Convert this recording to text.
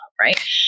right